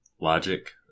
logic